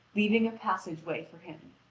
leaving a passage-way for him.